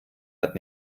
hat